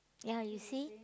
ya you see